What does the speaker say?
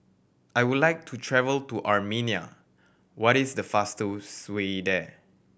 I would like to travel to Armenia what is the fastest way there